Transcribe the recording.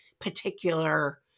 particular